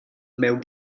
mewn